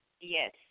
Yes